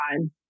time